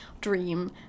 dream